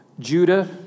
Judah